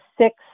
six